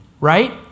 right